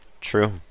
True